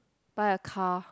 buy a car